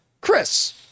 Chris